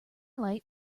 light